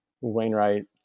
Wainwright